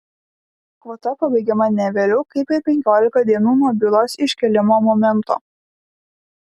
kvota pabaigiama ne vėliau kaip per penkiolika dienų nuo bylos iškėlimo momento